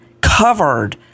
covered